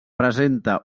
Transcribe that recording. presenta